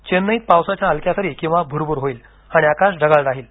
चेन्नईत पावसाच्या हलक्या सरी किंवा भुरभुर होईल आणि आकाश ढगाळ राहील